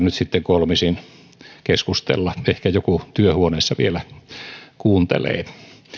nyt sitten kolmisin keskustella ehkä joku työhuoneessa vielä kuuntelee